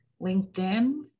LinkedIn